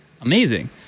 amazing